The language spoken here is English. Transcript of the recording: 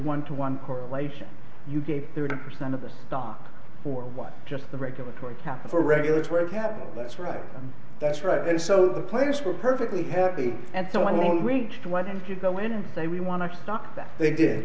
one to one correlation you gave thirty percent of the stock for one just the regulatory capital regulatory capital that's right that's right and so the players were perfectly happy and so one more week when if you go in and say we want to stock that they did